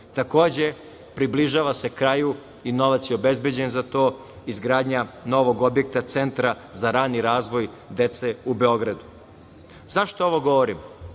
približava se kraju i novac je obezbeđen za to izgradnja novog objekta Centra za rani razvoj dece u Beogradu.Zašto ovo govorim?